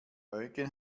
eugen